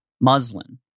muslin